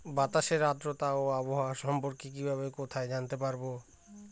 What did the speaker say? বাতাসের আর্দ্রতা ও আবহাওয়া সম্পর্কে কিভাবে কোথায় জানতে পারবো?